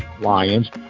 Lions